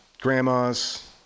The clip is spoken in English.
grandmas